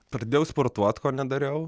pradėjau sportuot ko nedariau